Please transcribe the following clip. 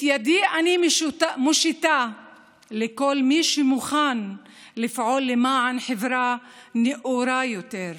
את ידי אני מושיטה לכל מי שמוכן לפעול למען חברה נאורה יותר.